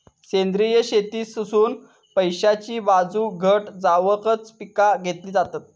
सेंद्रिय शेतीतसुन पैशाची बाजू घट जावकच पिका घेतली जातत